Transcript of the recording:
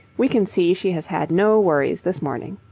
we can see she has had no worries this morning.